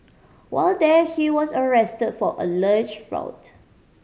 while there he was arrested for alleged fraud